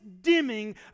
dimming